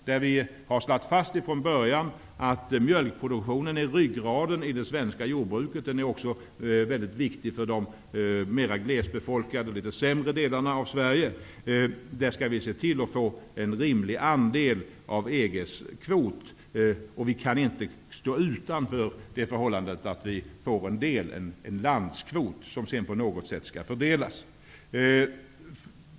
Där har vi slagit fast från början att mjölkproduktionen är ryggraden i det svenska jordbruket. Den är också väldigt viktig för de mer glesbefolkade och litet ''sämre'' delarna av Sverige. Där skall vi se till att vi får en rimlig andel av EG:s kvot. Vi kan inte undvika det förhållandet att vi får en andel, en landskvot, som sedan på något sätt skall fördelas.